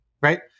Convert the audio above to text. Right